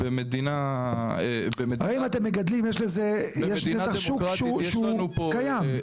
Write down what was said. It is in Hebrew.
אם אתם מגדלים, יש בטח שוק שהוא קיים.